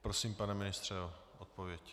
Prosím, pane ministře, o odpověď.